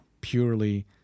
purely